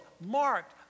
marked